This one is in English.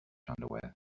underwear